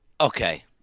Okay